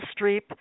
Streep